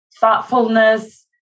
thoughtfulness